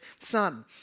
son